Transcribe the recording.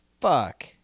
Fuck